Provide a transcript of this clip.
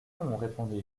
répondis